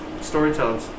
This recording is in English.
storytelling